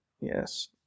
yes